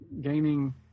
gaining –